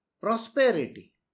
Prosperity